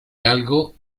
galgo